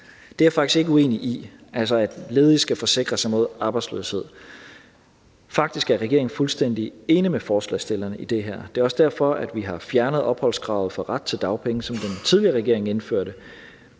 Det er jeg faktisk ikke uenig i – altså at ledige skal forsikre sig mod arbejdsløshed. Faktisk er regeringen fuldstændig enig med forslagsstillerne i det her, og det er også derfor, vi har fjernet opholdskravet for ret til dagpenge, som den tidligere regering indførte,